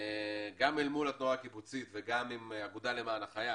גם אל מול התנועה הקיבוצית וגם עם האגודה למען החייל,